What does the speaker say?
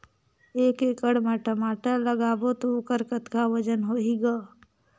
एक एकड़ म टमाटर लगाबो तो ओकर कतका वजन होही ग?